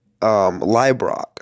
Librock